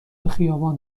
خیابان